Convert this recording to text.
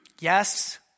Yes